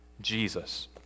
Jesus